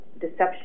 deception